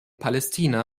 palästina